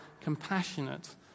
compassionate